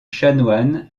chanoine